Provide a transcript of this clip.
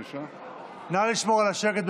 נא לשמור על השקט,